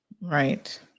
Right